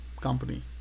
company